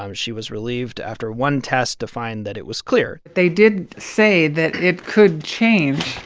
um she was relieved after one test to find that it was clear they did say that it could change,